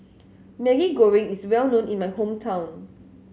Maggi Goreng is well known in my hometown